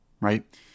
right